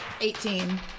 Eighteen